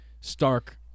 Stark